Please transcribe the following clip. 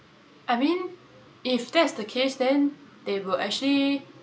I mean if that's the case then they will actually